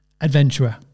adventurer